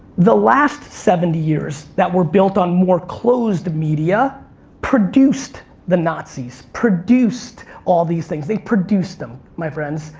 the last seventy years that were built on more closed media produced the nazis, produced all these things. they produced them, my friends.